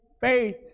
faith